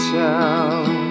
town